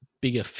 bigger